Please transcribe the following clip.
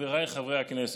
חבריי חברי הכנסת,